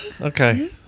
okay